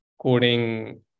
coding